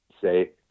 say